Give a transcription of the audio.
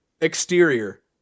Exterior